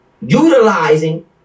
utilizing